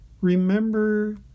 Remember